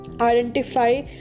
identify